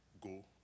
go